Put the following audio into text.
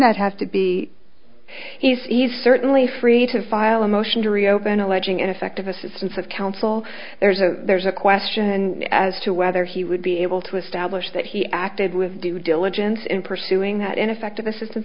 that have to be he's certainly free to file a motion to reopen alleging ineffective assistance of counsel there's a there's a question as to whether he would be able to establish that he acted with due diligence in pursuing that ineffective assistance